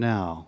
Now